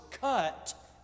cut